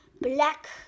Black